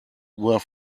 were